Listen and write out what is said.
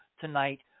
tonight